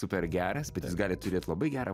super geras bet jis gali turėt labai gerą